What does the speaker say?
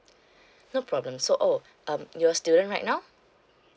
no problem so oh um you're a student right now